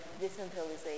Decentralization